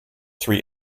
three